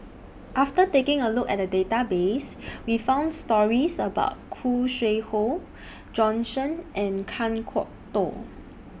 after taking A Look At The Database We found stories about Khoo Sui Hoe Bjorn Shen and Kan Kwok Toh